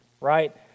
right